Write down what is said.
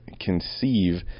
conceive